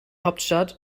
hauptstadt